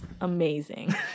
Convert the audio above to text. Amazing